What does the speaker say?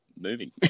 moving